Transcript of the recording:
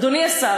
אדוני השר,